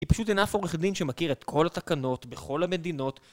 כי פשוט, אין אף עורך דין שמכיר את כל התקנות בכל המדינות